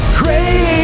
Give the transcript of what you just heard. great